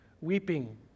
Weeping